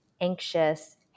anxious